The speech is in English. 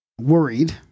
Worried